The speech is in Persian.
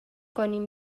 کنیم